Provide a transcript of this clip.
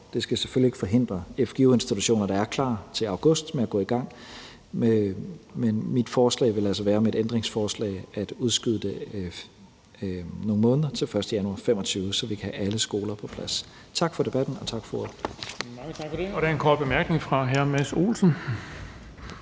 Det skal selvfølgelig ikke forhindre fgu-institutioner, der er klar til august, i at gå i gang, men mit forslag vil altså være med et ændringsforslag at udskyde det nogle måneder til den 1. januar 2025, så vi kan have alle skoler på plads. Tak for debatten. Og tak for ordet. Kl. 14:34 Den fg. formand (Erling